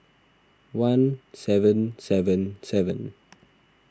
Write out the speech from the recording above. one seven seven seven